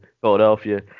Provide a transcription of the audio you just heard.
Philadelphia